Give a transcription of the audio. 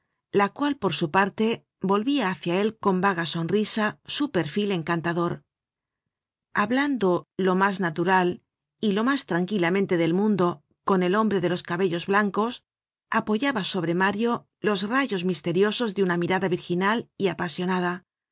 la cual por su parte volvia hácia él con vaga sonrisa su perfil encantador hablando lo mas natural y lo mas tranquilamente del mundo con el hombre de los cabellos blancos apoyaba sobre mario los rayos misteriosos de una mirada virginal y apasionada